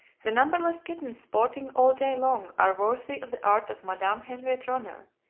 the numberless kittens sporting all day long are worthy of the art of madame henriette ronner,